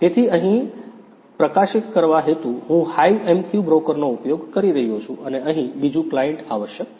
તેથી અહીં પ્રકાશિત કરવા હેતુ હું HiveMQ બ્રોકરનો ઉપયોગ કરી રહ્યો છું અને અહીં બીજું ક્લાયંટ આવશ્યક છે